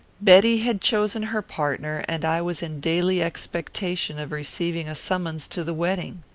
betty had chosen her partner, and i was in daily expectation of receiving a summons to the wedding.